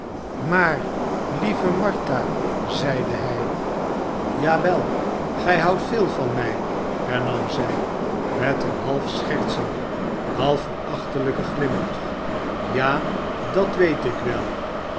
maar lieve martha zeide hij ja wel juffrouw varden gij houdt veel van mij hernam zij met een half schertsenden half verachtelijken glimlach ja dat weet ik wel